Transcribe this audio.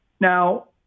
Now